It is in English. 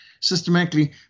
systematically